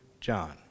John